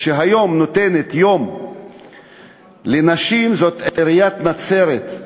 שהיום נותנת יום לנשים זאת עיריית נצרת,